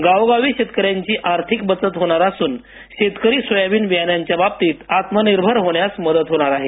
गावोगावी शेतकऱ्यांची आर्थिक बचत होणार असून शेतकरी सोयाबीन बियाण्यांच्या बाबतीत आत्मनिर्भर होण्यास मदत होणार आहे